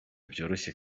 byoroshye